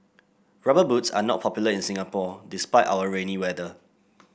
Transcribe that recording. rubber boots are not popular in Singapore despite our rainy weather